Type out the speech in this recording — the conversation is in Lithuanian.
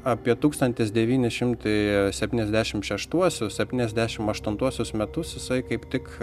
apie tūkstantis devyni šimtai septyniasdešim šeštuosius septyniasdešim aštuntuosius metus jisai kaip tik